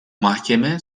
mahkeme